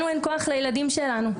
לנו אין כוח לילדים שלנו.